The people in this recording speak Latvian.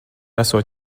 esot